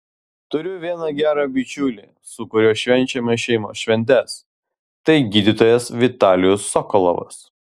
turiu vieną gerą bičiulį su kuriuo švenčiame šeimos šventes tai gydytojas vitalijus sokolovas